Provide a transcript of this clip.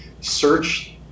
search